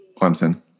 Clemson